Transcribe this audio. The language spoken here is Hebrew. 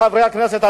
חברי הכנסת,